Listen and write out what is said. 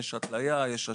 יש התניה ויש השהייה,